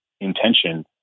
intention